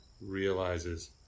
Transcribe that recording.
realizes